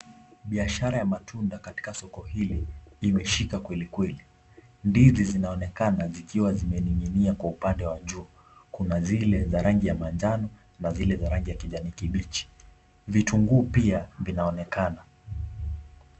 Biashara ya matunda katika soko hili imeshika kweli kweli. Ndizi zinaonekana zikiwa zimening'inia kwa upande wa juu. Kuna zile za rangi ya manjano na zile za rangi ya kijani kibichi. Vitunguu pia vinaonekana.